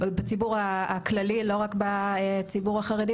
בציבור הכללי, לא רק בציבור החרדי.